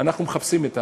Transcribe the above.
אנחנו מחפשים.